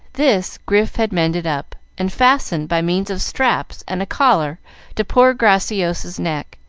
this grif had mended up, and fastened by means of straps and a collar to poor graciosa's neck,